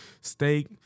steak